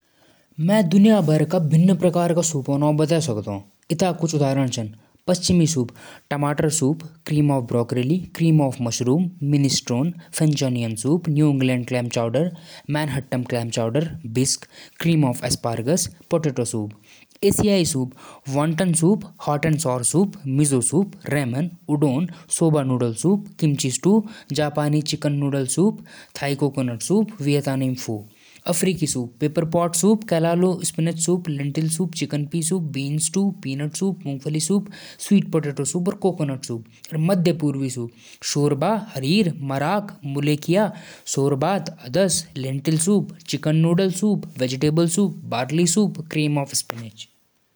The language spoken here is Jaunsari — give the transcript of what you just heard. फलौं म सेब, संत्रा, केले, आम, अनार, लीची, नाशपाती, तरबूज, खरबूज, स्ट्रॉबेरी, ब्लूबेरी, अमरूद, पपीता, चीकू, आड़ू, जामुन, अंगूर, अनन्नास, कीवी और खजूर। सेब और अनार जड़िए स्वास्थ्य के बढ़िया होलां, और आम गर्मियां का राजा बोल्दन। तरबूज और खरबूज गर्मी म ठंडक लाण खूब खालाजां। जामुन और खजूर ऐशौ फल होलां जौं ऊर्जा भी दंदन। पहाड़न म अमरूद और पपीता खूब होलां।